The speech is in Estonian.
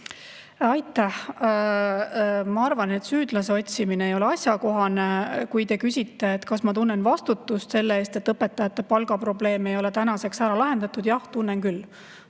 Aitäh! Ma arvan, et süüdlase otsimine ei ole asjakohane. Kui te küsite, kas ma tunnen vastutust selle eest, et õpetajate palgaprobleemi ei ole tänaseks ära lahendatud, siis jah, tunnen küll.